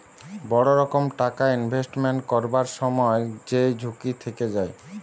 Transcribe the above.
বড় রকম টাকা ইনভেস্টমেন্ট করবার সময় যেই ঝুঁকি থেকে যায়